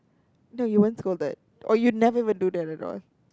no you weren't scolded or you never would do that at all